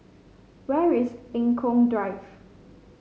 where is Eng Kong Drive